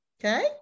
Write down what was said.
Okay